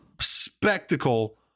spectacle